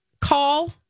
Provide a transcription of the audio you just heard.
call